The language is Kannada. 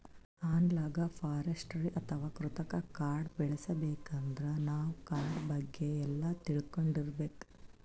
ಅನಲಾಗ್ ಫಾರೆಸ್ಟ್ರಿ ಅಥವಾ ಕೃತಕ್ ಕಾಡ್ ಬೆಳಸಬೇಕಂದ್ರ ನಾವ್ ಕಾಡ್ ಬಗ್ಗೆ ಎಲ್ಲಾ ತಿಳ್ಕೊಂಡಿರ್ಬೇಕ್